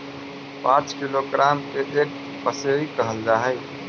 पांच किलोग्राम के एक पसेरी कहल जा हई